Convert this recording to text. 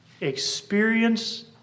Experience